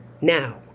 Now